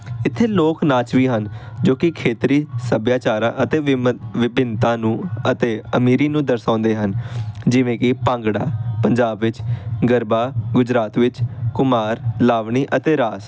ਇੱਥੇ ਲੋਕ ਨਾਚ ਵੀ ਹਨ ਜੋ ਕਿ ਖੇਤਰੀ ਸੱਭਿਆਚਾਰਾਂ ਅਤੇ ਵਿਮ ਵਿਭਿੰਨਤਾ ਨੂੰ ਅਤੇ ਅਮੀਰੀ ਨੂੰ ਦਰਸਾਉਂਦੇ ਹਨ ਜਿਵੇਂ ਕਿ ਭੰਗੜਾ ਪੰਜਾਬ ਵਿੱਚ ਗਰਬਾ ਗੁਜਰਾਤ ਵਿੱਚ ਕੁਮਾਰ ਲਾਵਣੀ ਅਤੇ ਰਾਸ